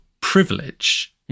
privilege